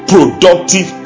Productive